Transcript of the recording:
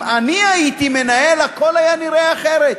אם אני הייתי מנהל, הכול היה נראה אחרת.